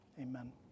amen